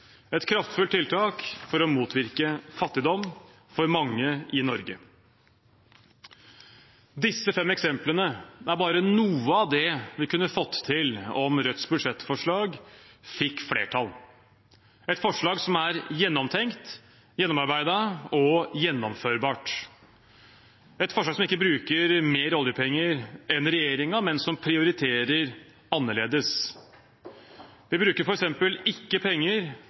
et kraftfullt tiltak for å motvirke fattigdom for mange i Norge. Disse fem eksemplene er bare noe av det vi kunne fått til om Rødts budsjettforslag fikk flertall. Det er et forslag som er gjennomtenkt, gjennomarbeidet og gjennomførbart, et forslag der man ikke bruker mer oljepenger enn regjeringen, men som prioriterer annerledes. Vi bruker f.eks. ikke penger